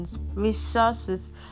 resources